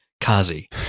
Kazi